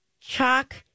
chalk